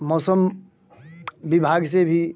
मौसम विभाग से भी